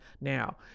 Now